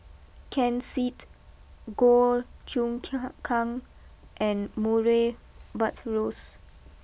Ken Seet Goh Choon Kang and Murray Buttrose